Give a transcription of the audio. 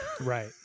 Right